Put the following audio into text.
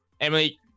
Emily